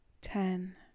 ten